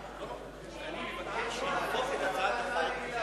להפוך את זה להצעה רגילה.